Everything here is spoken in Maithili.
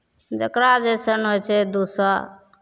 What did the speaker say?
जकरा जैसन होइ छै दू सए